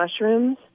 mushrooms